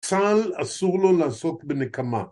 צה״ל אסור לו לעסוק בנקמה